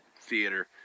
theater